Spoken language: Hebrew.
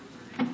בהצלחה,